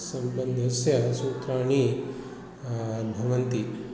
सम्बन्धस्य सूत्राणि भवन्ति